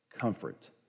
comfort